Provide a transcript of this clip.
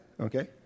Okay